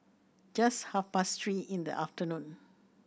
just half past three in the afternoon